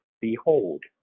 behold